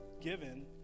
given